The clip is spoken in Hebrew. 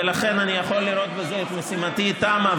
ולכן ואני יכול לראות בזה שמשימתי תמה,